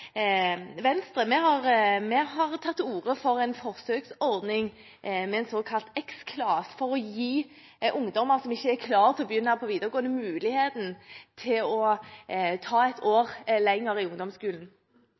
Venstre har tatt til orde for en forsøksordning med en såkalt Xclass for å gi ungdommer som ikke er klare til å begynne på videregående skole, muligheten til å ta et år til i ungdomsskolen.